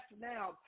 now